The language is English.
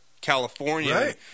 California